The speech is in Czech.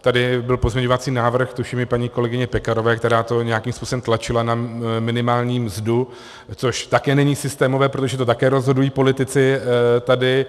Tady byl pozměňovací návrh tuším paní kolegyně Pekarové, která to nějakým způsobem tlačila na minimální mzdu, což také není systémové, protože to také rozhodují politici tady.